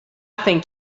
think